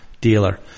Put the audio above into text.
dealer